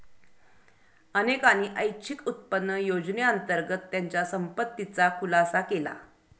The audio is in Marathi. अनेकांनी ऐच्छिक उत्पन्न योजनेअंतर्गत त्यांच्या संपत्तीचा खुलासा केला